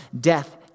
death